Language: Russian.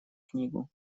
книгу